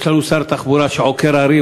יש לנו שר תחבורה שעוקר הרים,